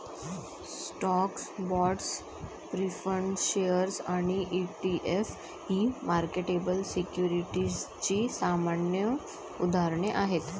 stocks, bonds, preferred shares आणि ETF ही marketable सिक्युरिटीजची सामान्य उदाहरणे आहेत